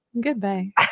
Goodbye